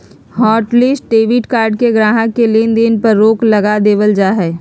hotlist debit card में गाहक़ के लेन देन पर रोक लगा देबल जा हय